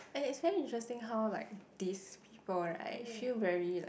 and it's very interesting how like these people right feel very like